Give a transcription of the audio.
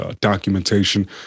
Documentation